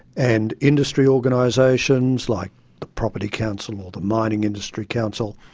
and industry organisations like the property council or the mining industry council,